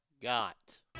got